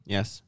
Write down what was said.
Yes